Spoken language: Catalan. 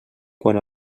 quan